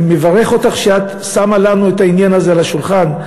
אני מברך אותך שאת שמה לנו את העניין הזה על השולחן,